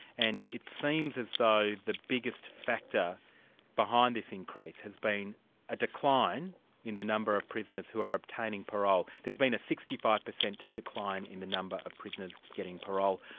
and it seems as though the biggest factor behind this increase has been a decline in the number of prisoners who are obtaining parole. there's been a sixty five per cent decline in the number of prisoners getting parole.